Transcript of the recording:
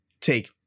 take